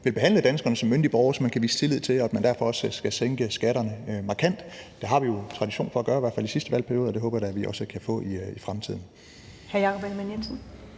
vil behandle danskerne som myndige borgere, som man kan vise tillid til, og at man derfor også vil sænke skatterne markant. Det har vi jo haft tradition for at gøre, i hvert fald i sidste valgperiode, og det håber jeg da at vi også kan få i fremtiden.